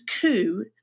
coup